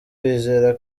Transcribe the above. bizera